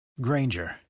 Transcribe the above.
Granger